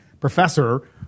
professor